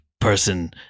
person